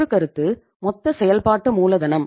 ஒரு கருத்து மொத்த செயல்பாட்டு மூலதனம்